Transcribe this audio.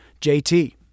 JT